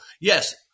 yes